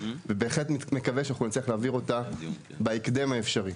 ובהחלט מקווה שנצליח להעביר אותה בהקדם האפשרי.